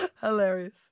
Hilarious